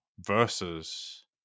versus